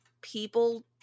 people